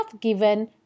given